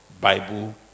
Bible